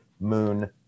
moon